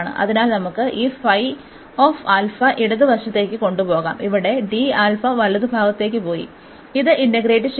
അതിനാൽ നമുക്ക് ഈ ഇടത് വശത്തേക്ക് കൊണ്ടുപോകാം ഇവിടെ വലതുഭാഗത്തേക്ക് പോയി ഇത് ഇന്റഗ്രേറ്റ് ചെയ്യാo